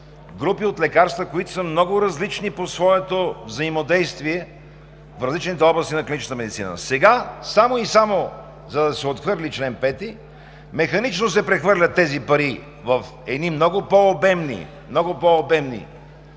групи от лекарства, които са много различни по своето взаимодействие в различните области на клиничната медицина. Сега, само и само да се отхвърли чл. 5, механично се прехвърлят тези пари в едни много по-обемни